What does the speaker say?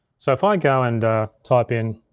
so if i go and type in,